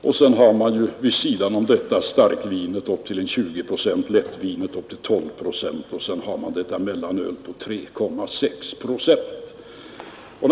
Vid sidan av detta har man starkvinet med upp till 20 procent, lättvinet med upp till 12 procent och detta mellanöl med 3,6 procent alkohol.